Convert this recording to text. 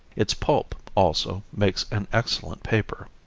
its pulp, also, makes an excellent paper.